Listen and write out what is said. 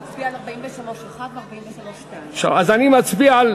אז אני מצביע על